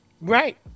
Right